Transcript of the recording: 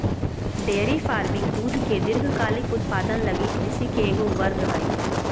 dairy farming दूध के दीर्घकालिक उत्पादन लगी कृषि के एगो वर्ग हइ